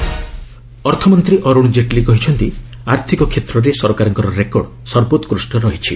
Jaitley economy ଅର୍ଥମନ୍ତ୍ରୀ ଅରୁଣ ଜେଟ୍ଲୀ କହିଛନ୍ତି ଆର୍ଥକ କ୍ଷେତ୍ରରେ ସକରକାରଙ୍କର ରେକର୍ଡ ସର୍ବୋକୁଷ୍ଟ ରହିଛି